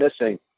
missing